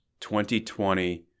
2020